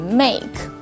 make 。